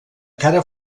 cara